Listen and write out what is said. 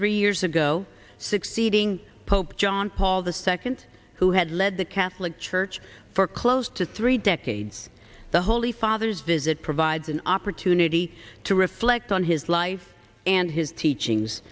three years ago succeeding pope john paul the second who has led the catholic church for close to three decades the holy father's visit provides an opportunity to reflect on his life and his teachings